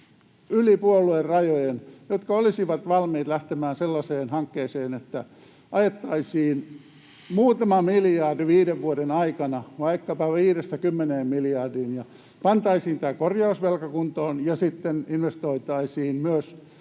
yli puoluerajojen, jotka olisivat valmiita lähtemään sellaiseen hankkeeseen, että ajettaisiin muutama miljardi viiden vuoden aikana, vaikkapa 5–10 miljardia, ja pantaisiin tämä korjausvelka kuntoon ja sitten myös investoitaisiin